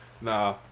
Nah